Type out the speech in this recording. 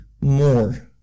more